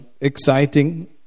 exciting